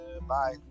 bye